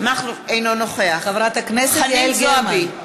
אינו נוכח חנין זועבי,